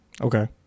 Okay